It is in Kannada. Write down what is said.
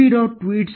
tweets